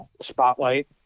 spotlight